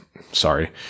sorry